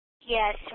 Yes